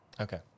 Okay